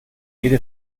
jede